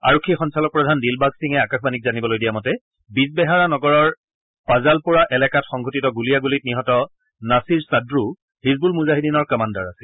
আৰক্ষী সঞ্চালকপ্ৰধান দিলবাগ সিঙে আকাশবাণীক জানিবলৈ দিয়া মতে বিজবেহাৰা নগৰৰ পাজালপ'ৰা এলেকাত সংঘটিত গুলিয়াগুলীত নিহত নাছিৰ চাদ্ৰু হিজবুল মুজাহিদীনৰ কমাণ্ডাৰ আছিল